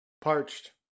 Parched